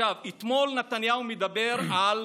עכשיו, אתמול נתניהו דיבר על